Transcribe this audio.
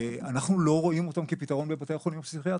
אנחנו לא רואים אותם כפתרון בבתי החולים הפסיכיאטריים.